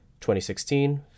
2016